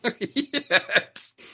yes